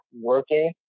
working